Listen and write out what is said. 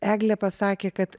eglė pasakė kad